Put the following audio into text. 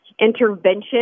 intervention